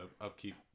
upkeep